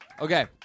Okay